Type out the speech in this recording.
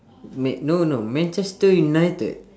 ma~ no no manchester united